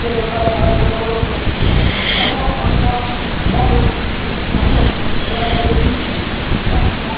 একদম হয়ে যাবে